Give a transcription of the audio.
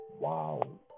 wow